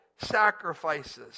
sacrifices